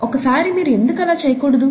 ఒకసారి మీరు ఎందుకు అలా చేయకూడదు